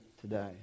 today